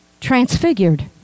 transfigured